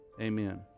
amen